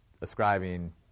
ascribing